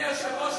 אדוני היושב-ראש,